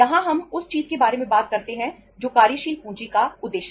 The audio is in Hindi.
यहां हम उस चीज के बारे में बात करते हैं जो कार्यशील पूंजी का उद्देश्य है